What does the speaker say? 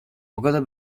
pogoda